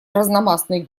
разномастной